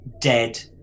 dead